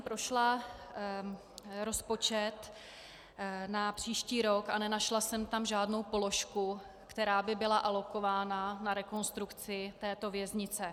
Prošla jsem rozpočet na příští rok a nenašla jsem tam žádnou položku, která by byla alokována na rekonstrukci této věznice.